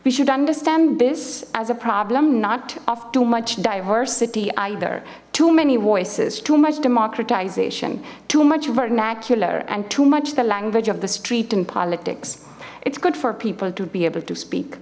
we should understand this as a problem not of too much diversity either too many voices too much democratization too much vernacular and too much the language of the street and politics it's good for people to be able to speak